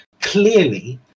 clearly